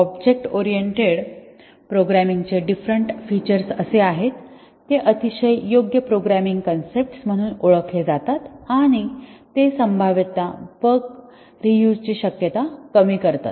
object oriented प्रोग्रामिंगचे different features असे आहेत ते अतिशय योग्य प्रोग्रामिंग कन्सेप्ट्स म्हणून ओळखले जातात आणि ते संभाव्यत बग रियूझ ची शक्यता कमी करतात